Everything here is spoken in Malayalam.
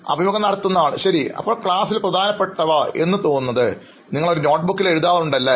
അഭിമുഖം നടത്തുന്നയാൾ ശരി അപ്പോൾ ക്ലാസിൽ പ്രധാനപ്പെട്ടവ എന്ന് തോന്നുന്നത് നിങ്ങൾ ഒരു നോട്ടുബുക്കിൽ എഴുതാറുണ്ട് അല്ലേ